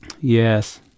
Yes